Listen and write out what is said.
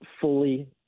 fully